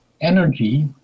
energy